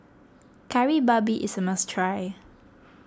Kari Babi is a must try